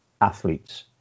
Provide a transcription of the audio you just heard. athletes